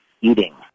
eating